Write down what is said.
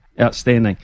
Outstanding